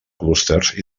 clústers